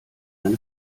eine